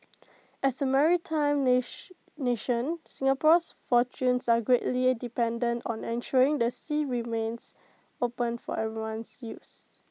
as A maritime nation Singapore's fortunes are greatly dependent on ensuring the sea remains open for everyone's use